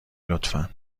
لطفا